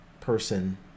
person